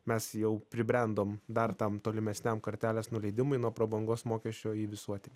mes jau pribrendom dar tam tolimesniam kartelės nuleidimui nuo prabangos mokesčio į visuotį